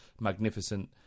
magnificent